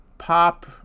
pop